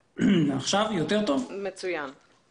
ואין בדבריי חנופה ולא שום דבר.